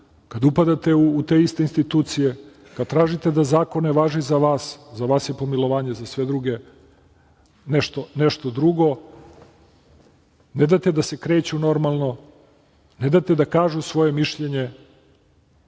kada upadate u te iste institucije, kada tražite da zakon ne važi za vas, za vas je pomilovanje, a za sve druge nešto drugo, ne date da se kreću normalno, ne date da kažu svoje mišljenje.